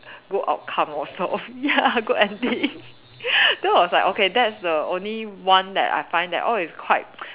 good outcome also ya good ending that was like okay that's the only one that I find that oh it's quite